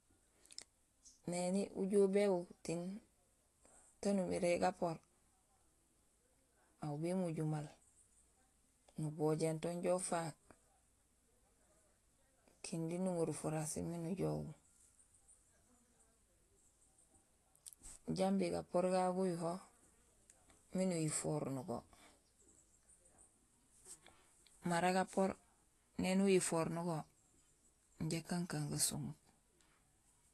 Néni ujoow béwu tiin taan umiré gapoor, aw bémojul maal, nubojéén to jo ufaak kinding nuŋorul furasi miin ujoow uwu jambi gapoor gagu guyuho miin uyifoor nugo. Mara gapoor néni uyifoor nugo jaa kankaan gasomút